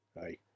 Hi